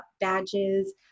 badges